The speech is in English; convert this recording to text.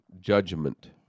judgment